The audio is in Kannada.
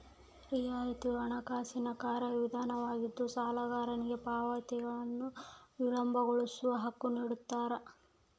ರಿಯಾಯಿತಿಯು ಹಣಕಾಸಿನ ಕಾರ್ಯವಿಧಾನವಾಗಿದ್ದು ಸಾಲಗಾರನಿಗೆ ಪಾವತಿಗಳನ್ನು ವಿಳಂಬಗೊಳಿಸೋ ಹಕ್ಕು ನಿಡ್ತಾರ